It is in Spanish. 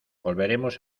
volveremos